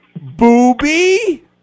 Booby